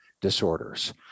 disorders